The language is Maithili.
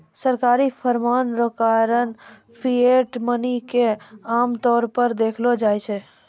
सरकारी फरमान रो कारण फिएट मनी के आमतौर पर देखलो जाय छै